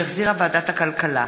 שהחזירה ועדת הכלכלה,